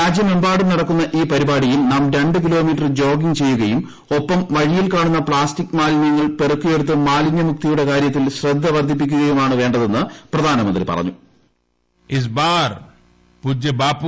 രാജ്യമെമ്പാടും നടക്കുന്ന ഈ പരിപാടിയിൽ നാം രണ്ടു കിലോമീറ്റർ ജോഗിംഗ് ചെയ്യുകയും ഒപ്പം വഴിയിൽ കാണുന്ന പ്ലാസ്റ്റിക് മാലിനൃങ്ങൾ പെറുക്കിയെടുത്ത് മാലിന്യമുക്തിയുടെ കാര്യത്തിൽ ശ്രദ്ധ വർദ്ധിപ്പിക്കുകയുമാണ് വേണ്ടതെന്ന് പ്രധാനമന്ത്രി പറഞ്ഞു